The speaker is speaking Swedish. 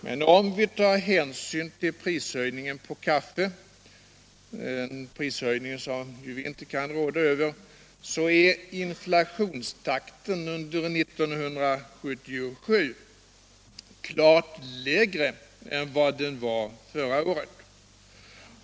Men om vi tar hänsyn till prishöjningen på kaffe — en prishöjning som vi ju inte kan råda över — så är inflationstakten under 1977 klart lägre än den var förra året.